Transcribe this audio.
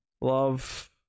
love